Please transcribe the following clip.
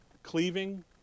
Cleaving